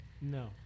No